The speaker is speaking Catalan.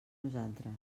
nosaltres